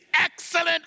excellent